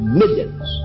millions